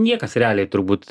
niekas realiai turbūt